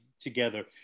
together